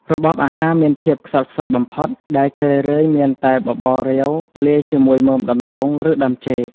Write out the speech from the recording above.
របបអាហារមានភាពខ្សត់ខ្សោយបំផុត ដែលជារឿយៗមានតែបបររាវលាយជាមួយមើមដំឡូង ឬដើមចេក។